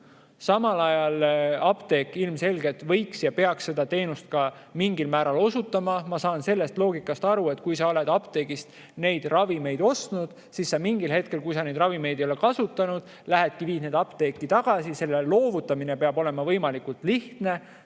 Samas, apteek ilmselgelt võiks ja peaks seda teenust mingil määral osutama. Ma saan sellest loogikast aru, et kui sa oled apteegist ravimeid ostnud, siis sa mingil hetkel, kui sa neid ravimeid ei ole kasutanud, lähedki ja viid need apteeki tagasi. Nende loovutamine peab olema võimalikult lihtne.